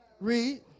Read